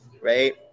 right